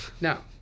Now